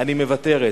אני מוותרת.